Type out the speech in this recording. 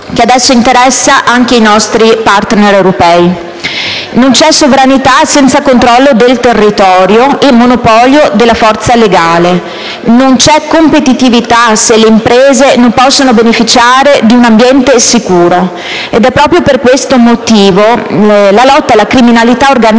che adesso interessano anche i nostri *partner* europei. Non c'è sovranità senza controllo del territorio e monopolio della forza legale; non c'è competitività se le imprese non possono beneficiare di un ambiente sicuro. E proprio per questo motivo la lotta alla criminalità organizzata